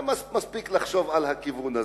אז מספיק לחשוב בכיוון הזה.